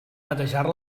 netejar